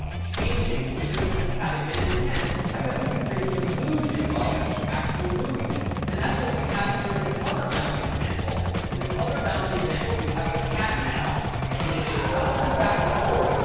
changing the condition of the cat again and again, i bet we can create the illusion of actual movement. and that's what we have here in this other bounce example. in this other bounce example, we have the cat now moving not only back and forth,